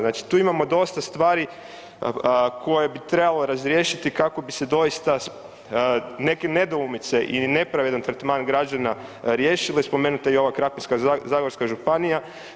Znači tu imamo dosta stvari koje bi trebalo razriješiti kako bi se doista neke nedoumice ili nepravedan tretman građana riješile, spomenuta je i ova Krapinsko-zagorska županija.